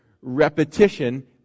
repetition